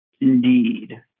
Indeed